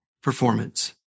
performance